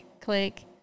click